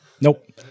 Nope